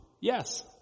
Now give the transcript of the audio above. yes